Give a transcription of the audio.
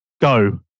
go